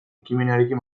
ekimenarekin